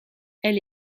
elle